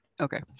Okay